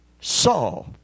saw